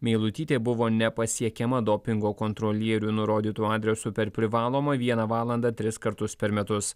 meilutytė buvo nepasiekiama dopingo kontrolieriui nurodytu adresu per privalomą vieną valandą tris kartus per metus